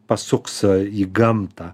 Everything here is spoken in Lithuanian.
pasuks į gamtą